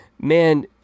man